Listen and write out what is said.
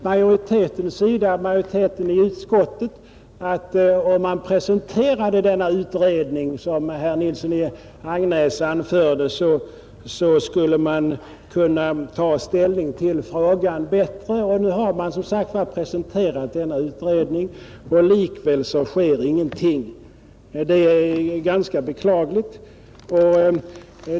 Majoriteten i utskottet sade att om den utredning presenterades som herr Nilsson i Agnäs talade om så skulle man bättre kunna ta ställning till frågan, Nu har utredningen presenterats, och likväl sker ingenting. Detta är ganska beklagligt.